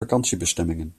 vakantiebestemmingen